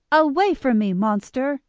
away from me, monster,